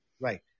Right